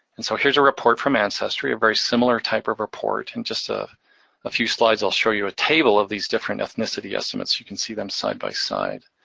and so here's a report from ancestry, a very similar type of report. in and just a a few slides i'll show you a table of these different ethnicity estimates. you can see them side by side.